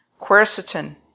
quercetin